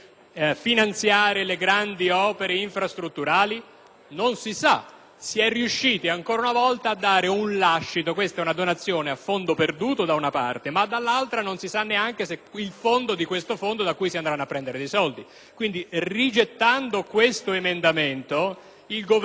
Si è riusciti ancora una volta a dare un lascito: questa è una donazione a fondo perduto da una parte, ma dall'altra non si conosce neanche il fondo da cui si vanno a prendere dei soldi. Quindi, rigettando l'emendamento in esame, il Governo probabilmente ci spiegherà cosa intende invece mettere in atto